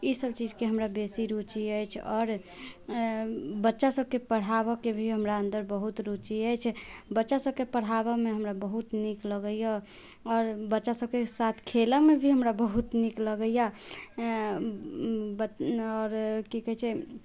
ई सब चीज के हमरा बेसी रुची अछि आओर बच्चा सबके पढ़ाबऽ के भी हमरा अन्दर बहुत रुचि अछि बच्चा सबके पढ़ाबऽ मे हमरा बहुत नीक लगैया आओर बच्चा सबके साथ खेलऽ मे भी हमरा बहुत नीक लगैया आओर की कहै छै